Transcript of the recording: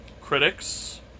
critics